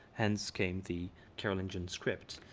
hence came the carolingian script.